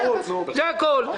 זה הכול.